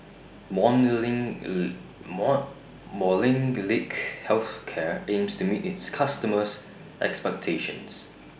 Molnylcke Health Care aims to meet its customers' expectations